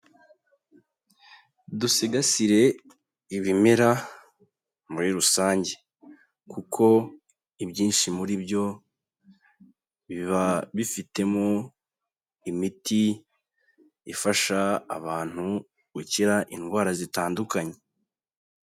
Dusigasire ibimera muri rusange kuko ibyinshi muri byo biba bifitemo imiti ifasha abantu gukira indwara zitandukanye.